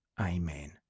Amen